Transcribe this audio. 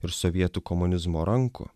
ir sovietų komunizmo rankų